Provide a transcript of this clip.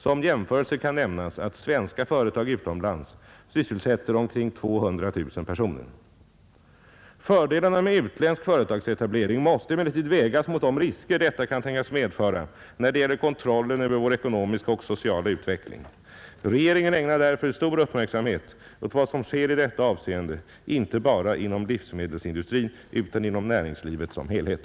Som jämförelse kan nämnas att svenska företag utomlands sysselsätter omkring 200 000 personer. Fördelarna med utländsk företagsetablering måste emellertid vägas mot de risker detta kan tänkas medföra när det gäller kontrollen över vår ekonomiska och sociala utveckling. Regeringen ägnar därför stor uppmärksamhet åt vad som sker i detta avseende, inte bara inom livsmedelsindustrin utan inom näringslivet som helhet.